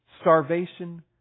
starvation